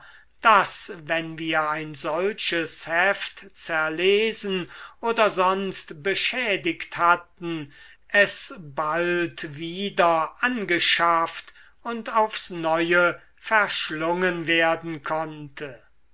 daß wenn wir ein solches heft zerlesen oder sonst beschädigt hatten es bald wieder angeschafft und aufs neue verschlungen werden konnte